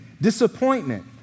disappointment